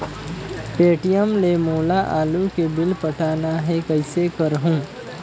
Paytm ले मोला आलू के बिल पटाना हे, कइसे करहुँ?